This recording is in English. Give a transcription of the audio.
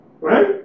right